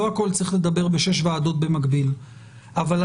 לא הכול צריך לדבר בשש ועדות במקביל.